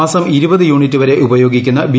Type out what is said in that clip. മാസം യൂണിറ്റ് പ്രെർ ഉപയോഗിക്കുന്ന ബി